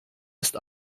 ist